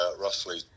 roughly